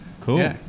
cool